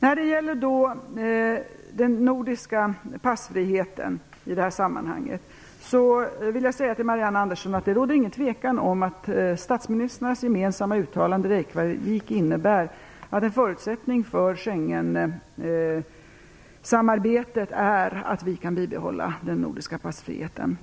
När det gäller den nordiska passfriheten vill jag säga till Marianne Andersson att det inte råder något tvivel om att statsministrarnas gemensamma uttalande i Reykjavik innebär att en förutsättning för Schengensamarbetet är att vi kan bibehålla den nordiska passfriheten.